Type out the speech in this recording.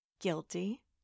Guilty